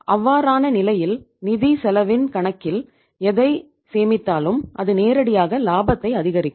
அவ்வாறான நிலையில் நிதிச் செலவின் கணக்கில் எதைச் சேமித் தாலும் அது நேரடியாக இலாபத்தை அதிகரிக்கும்